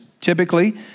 typically